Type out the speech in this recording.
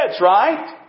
right